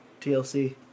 TLC